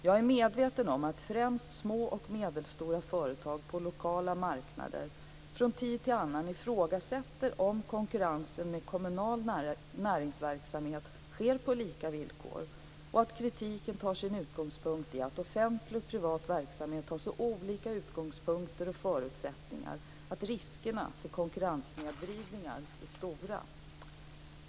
Jag är medveten om att främst små och medelstora företag på lokala marknader från tid till annan ifrågasätter om konkurrensen med kommunal näringsverksamhet sker på lika villkor och att kritiken tar sin utgångspunkt i att offentlig och privat verksamhet har så olika utgångspunkter och förutsättningar att riskerna för konkurrenssnedvridningar är stora.